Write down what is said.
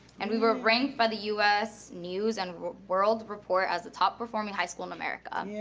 and we were ranked by the us news and world report as top performing high school in america.